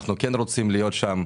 אנחנו כן רוצים להיות שם.